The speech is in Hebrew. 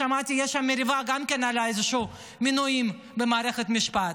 שמעתי שיש שם מריבה גם על איזשהם מינויים במערכת המשפט,